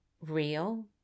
real